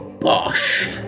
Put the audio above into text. Bosh